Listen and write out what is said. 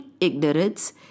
ignorance